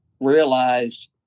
realized